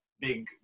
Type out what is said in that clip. Big